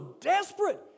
desperate